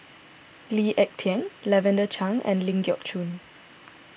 Lee Ek Tieng Lavender Chang and Ling Geok Choon